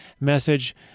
Message